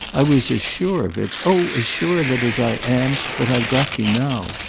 i was as sure of it oh, as sure of it as i am that i've got you now.